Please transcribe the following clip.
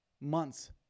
months